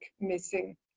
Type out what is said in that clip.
missing